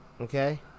Okay